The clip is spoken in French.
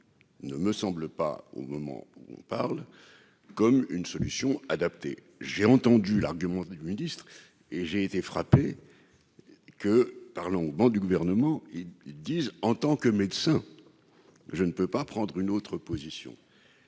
ne me semble pas au moment où on parle comme une solution adaptée, j'ai entendu l'argument du ministre et j'ai été frappé que par l'engouement du gouvernement, ils disent en tant que médecin, je ne peux pas prendre une autre position,